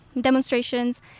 demonstrations